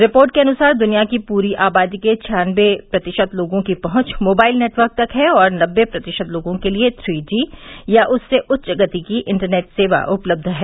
report के अनुसार दुनिया की पूरी आबादी के छियान्नबे प्रतिशत लोगों की पहुंच मोबाइल नेटवर्क तक है और नब्बे प्रतिशत लोगों के लिए श्री जी या उससे उच्च गति की इंटरनेट सेवा उपलब्ध है